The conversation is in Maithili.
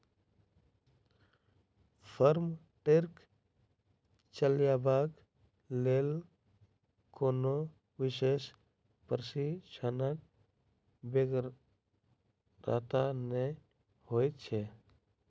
फार्म ट्रक चलयबाक लेल कोनो विशेष प्रशिक्षणक बेगरता नै होइत छै